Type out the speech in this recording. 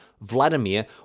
Vladimir